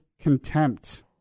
contempt